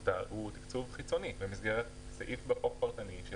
הוא תקצוב חיצוני במסגרת סעיף פרטני בחוק.